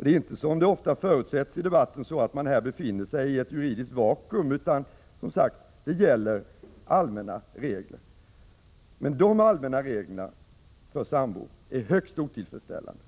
Det är inte så, som ofta förutsätts i debatten, att man här befinner sig i ett juridiskt vakuum, utan allmänna regler gäller som sagt. Men dessa allmänna regler är för sambor högst otillfredsställande,